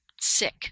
sick